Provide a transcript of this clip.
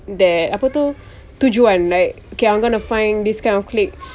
that apa tu tujuan like okay I'm gonna find this kind of clique